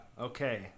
okay